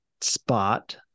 spot